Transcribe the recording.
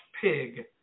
pig